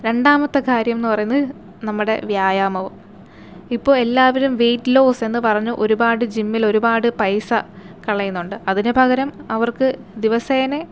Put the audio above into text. രണ്ടാമത്തെ കാര്യം എന്ന് പറയുന്നത് നമ്മുടെ വ്യായാമവും ഇപ്പോൾ എല്ലാവരും വെയിറ്റ് ലോസ് എന്ന് പറഞ്ഞ് ഒരുപാട് ജിമ്മിൽ ഒരുപാട് പൈസ കളയുന്നുണ്ട് അതിനു പകരം അവർക്ക് ദിവസേനെ